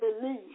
believe